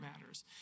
matters